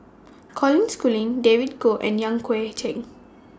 Colin Schooling David Kwo and Yan Hui Chang